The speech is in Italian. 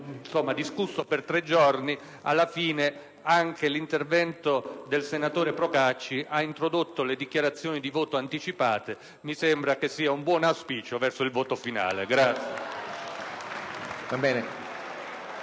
abbiamo discusso per tre giorni, alla fine anche l'intervento del senatore Procacci ha introdotto le dichiarazioni di voto anticipate. Mi sembra che sia un buon auspicio verso il voto finale.